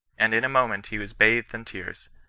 and in a moment he was bathed in tears.